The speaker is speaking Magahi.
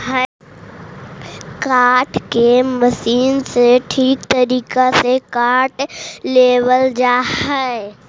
काष्ठ के मशीन से ठीक तरीका से काट लेवल जा हई